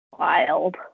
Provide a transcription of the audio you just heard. wild